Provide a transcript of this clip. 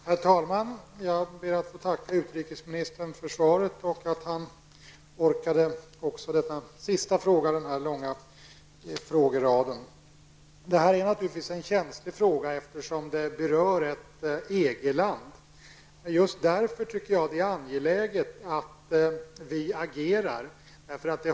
Herr talman! Jag ber att få tacka utrikesministern för svaret och för att han orkade med även denna sista fråga i den långa frågeraden. Det här är naturligtvis en känslig fråga eftersom den berör ett EG-land. Just därför tycker jag dock att det är angeläget att vi agerar.